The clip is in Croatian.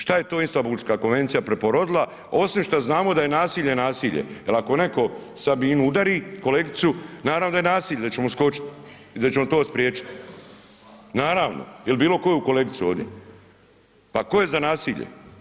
Šta je to Istambulska konvencija preporodila osim šta znamo da je nasilje nasilje, jel ako netko Sabinu udari, kolegicu, naravno da je nasilje, da ćemo skočit i da ćemo to spriječit, naravno il bilo koju kolegicu ovdje, pa tko je za nasilje?